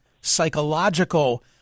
psychological